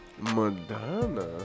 Madonna